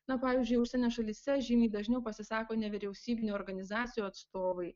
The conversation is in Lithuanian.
na pavyzdžiui užsienio šalyse žymiai dažniau pasisako nevyriausybinių organizacijų atstovai